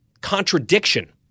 contradiction